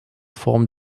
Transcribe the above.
form